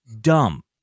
dumb